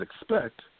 expect